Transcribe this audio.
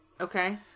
Okay